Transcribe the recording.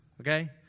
okay